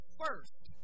first